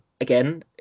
Again